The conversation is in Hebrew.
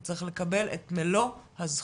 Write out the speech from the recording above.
הוא צריך לקבל את מלא הזכויות